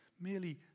merely